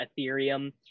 Ethereum